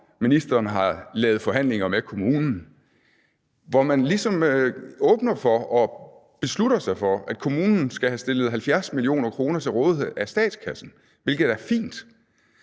ministeren har været i forhandlinger med kommunen, hvor man åbner for og beslutter sig for, at kommunen skal have stillet 70 mio. kr. til rådighed fra statskassen, hvilket er fint,